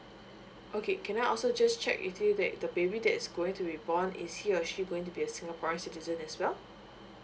okay can I also just check with you that the baby that is going to be born is he or she going to be a singaporean citizen as well